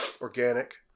organic